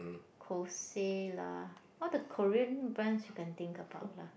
Kose lah all the Korean brands you can think about lah